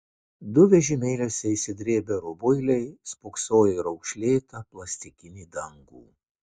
du vežimėliuose išsidrėbę rubuiliai spoksojo į raukšlėtą plastikinį dangų